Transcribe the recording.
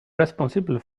responsible